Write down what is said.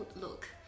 look